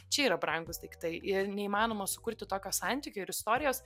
čia yra brangūs daiktai ir neįmanoma sukurti tokio santykio ir istorijos